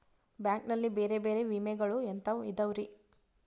Bank ನಲ್ಲಿ ಬೇರೆ ಬೇರೆ ವಿಮೆಗಳು ಎಂತವ್ ಇದವ್ರಿ?